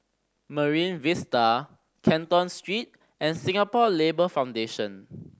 Marine Vista Canton Street and Singapore Labour Foundation